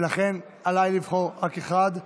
ולכן עליי לבחור רק אחד.